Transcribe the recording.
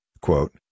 quote